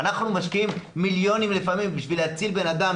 אנחנו משקיעים מיליונים לפעמים בשביל להציל בנאדם,